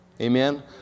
Amen